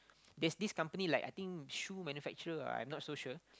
there's this company like I think shoe manufacturer I'm not so sure